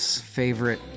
favorite